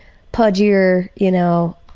pudgier, you know,